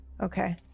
Okay